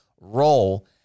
role